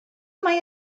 mae